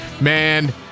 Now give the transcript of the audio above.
man